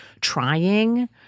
trying